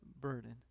burden